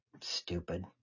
stupid